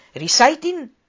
Reciting